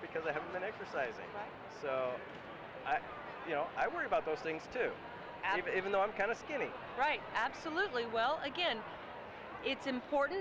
because i have been exercising so you know i worry about those things too even though i'm kind of to me right absolutely well again it's important